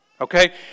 Okay